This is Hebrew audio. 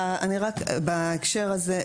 רק בהקשר הזה,